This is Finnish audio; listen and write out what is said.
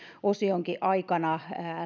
osion aikana